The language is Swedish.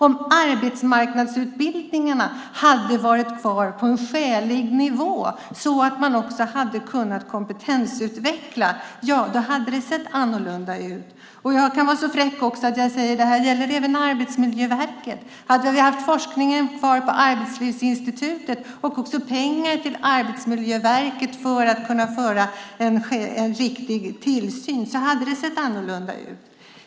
Om arbetsmarknadsutbildningarna hade varit kvar på en skälig nivå så att man också hade kunnat kompetensutveckla, ja, då hade det sett annorlunda ut. Jag kan vara så fräck att jag säger att det även gäller Arbetsmiljöverket. Hade vi haft forskningen kvar på Arbetslivsinstitutet och också pengar till Arbetsmiljöverket för att kunna utföra en riktig tillsyn så hade det sett annorlunda ut.